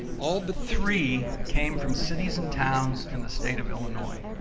all but three came from cities and towns in the state of illinois.